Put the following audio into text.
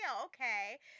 okay